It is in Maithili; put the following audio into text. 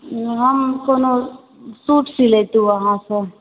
हँ कोनो सुट सिलेतहूँ अहाँसँ